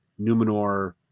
Numenor